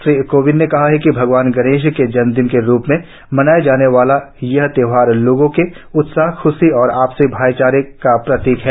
श्री कोविंद ने कहा कि भगवान गणेश के जन्मदिन के रूप में मनाया जाने वाला यह त्यौहार लोगों के उत्साह ख्शी और आपसी भाइचारे का प्रतीक है